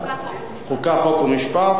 מג'אדלה וקבוצת חברי כנסת,